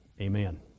amen